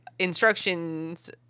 instructions